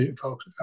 folks